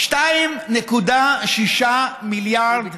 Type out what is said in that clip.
2.6 מיליארד דולר.